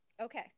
okay